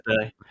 today